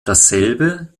dasselbe